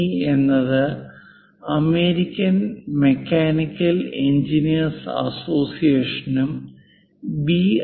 E എന്നത് American mechanical engineering association B